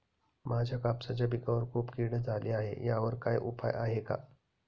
माझ्या कापसाच्या पिकावर खूप कीड झाली आहे यावर काय उपाय आहे का?